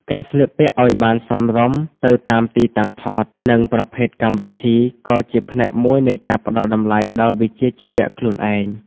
ការស្លៀកពាក់ឱ្យបានសមរម្យទៅតាមទីតាំងថត និងប្រភេទកម្មវិធី ក៏ជាផ្នែកមួយនៃការផ្ដល់តម្លៃដល់វិជ្ជាជីវៈខ្លួនឯង។